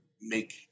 make